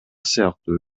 сыяктуу